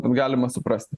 galima suprasti